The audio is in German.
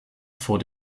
vor